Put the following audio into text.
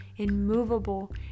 immovable